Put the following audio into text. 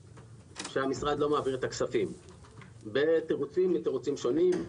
המשרד לא מעביר את הכספים בתירוצים מתירוצים שונים.